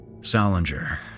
Salinger